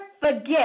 forget